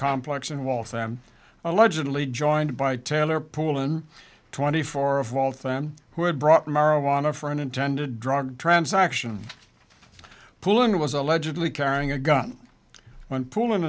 complex in waltham allegedly joined by taylor poulan twenty four of waltham who had brought marijuana for an intended drug transaction pullen was allegedly carrying a gun when pulling